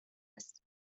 است